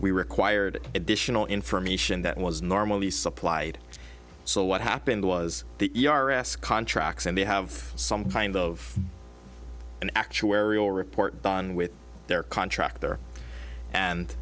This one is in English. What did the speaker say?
we required additional information that was normally supplied so what happened was the contracts and they have some kind of an actuarial report done with their contractor and